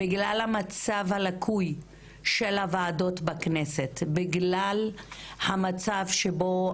בגלל המצב הלקוי של הוועדות בכנסת, בגלל המצב שבו